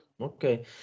okay